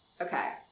Okay